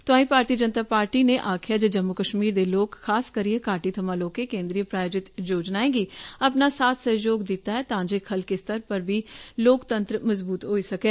तोआंई भारतीय जनता पार्टी नै आक्खेआ जे जम्मू कष्मीर दे लोक खास करियै घाटी थमां लोकें केन्द्रीय प्रायोजित योजनाएं गी अपना साथ सहयोग दित्ता ऐ तां जे खल्के सतर पर बी लोकतन्त्र मजबूत होई सकै